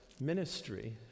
ministry